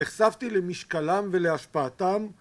נחשפתי למשקלם ולהשפעתם